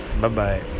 Bye-bye